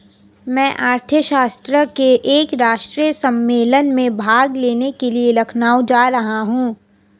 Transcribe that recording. मैं अर्थशास्त्र के एक राष्ट्रीय सम्मेलन में भाग लेने के लिए लखनऊ जा रहा हूँ